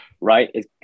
Right